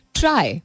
try